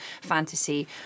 fantasy